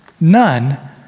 none